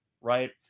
right